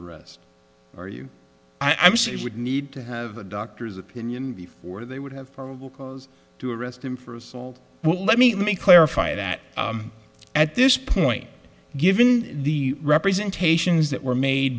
arrest or you i guess it would need to have a doctor's opinion before they would have probable cause to arrest him for assault well let me let me clarify that at this point given the representations that were made